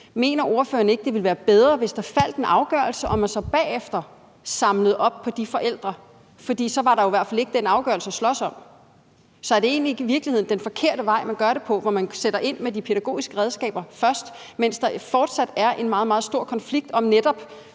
mener ordføreren ikke, at det ville være bedre, hvis der faldt en afgørelse og man så bagefter samlede op på de forældre, for så var der jo i hvert fald ikke den afgørelse at slås om? Så er det i virkeligheden ikke den forkerte vej, man går, hvor man først sætter ind med de pædagogiske redskaber, mens der fortsat er en meget, meget stor konflikt netop